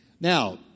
Now